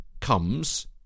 comes